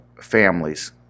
families